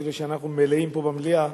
אפילו שאנחנו "מלאים" פה במליאה,